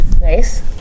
nice